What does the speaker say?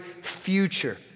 future